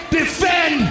defend